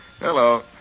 Hello